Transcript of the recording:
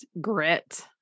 grit